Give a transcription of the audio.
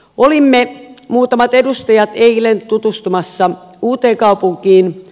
olimme muutamat edustajat eilen tutustumassa uuteenkaupunkiin